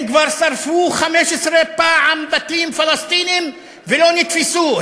הם כבר שרפו 15 פעם בתים פלסטיניים ולא נתפסו.